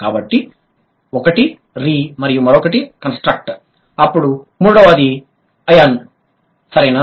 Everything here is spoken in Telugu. కాబట్టి ఒకటి రీ మరియు మరొకటి కంస్ట్రక్ట్ అప్పుడు మూడవది అయాన్ సరేనా